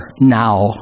now